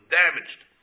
damaged